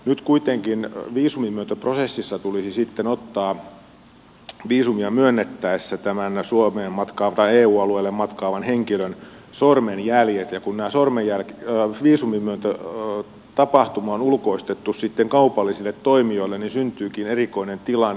nyt kuitenkin viisumin myöntöprosessissa tulisi sitten ottaa viisumia myönnettäessä tämän eu alueelle matkaavan henkilön sormenjäljet ja kun tämä viisumin myöntötapahtuma on ulkoistettu sitten kaupallisille toimijoille niin syntyykin erikoinen tilanne